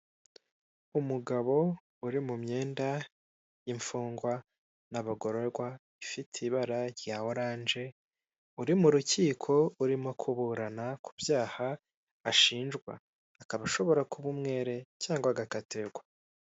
Umugabo uri mu myenda y'imfungwa n'abagororwa ifite ibara rya oranje uri mu rukiko urimo kuburana ku byaha ashinjwa, akaba ashobora kuba umwere cyangwa agakatirwa.